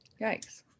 Yikes